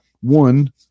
One